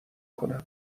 کنم